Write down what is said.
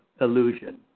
illusion